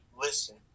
listen